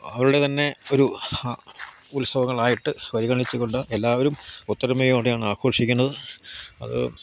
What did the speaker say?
അവരുടെ തന്നെ ഒരു ഉത്സവങ്ങളായിട്ട് പരിഗണിച്ചുകൊണ്ട് എല്ലാവരും ഒത്തരുമയോടെയാണ് ആഘോഷിക്കുന്നത് അത്